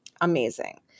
Amazing